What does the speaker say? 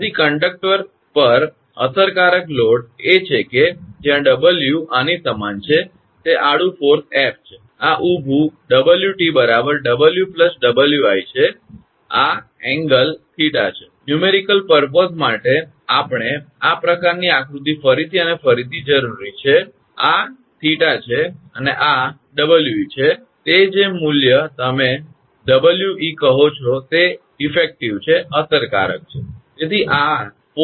તેથી કંડક્ટર પર અસરકારક લોડ એ છે કે જ્યાં 𝑊 આની સમાન છે તે આડુ ફોર્સ 𝐹 છે આ ઊભુ 𝑊𝑇 𝑊 𝑊𝑖 છે આ ખૂણો 𝜃 છે આંકડાકીય હેતુ માટે આ પ્રકારની આકૃતિ ફરીથી અને ફરીથી જરૂરી છે આ 𝜃 છે અને આ 𝑊𝑒 છે તે જે તમે મૂલ્ય 𝑊𝑒 કહો છો તે અસરકારક છે